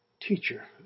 teacher